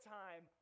time